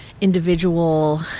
individual